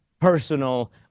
personal